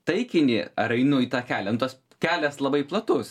taikinį ar einu į tą kelią nu tas kelias labai platus